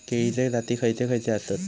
केळीचे जाती खयचे खयचे आसत?